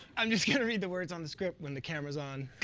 i'm just going to read the words on the script when the cameras on.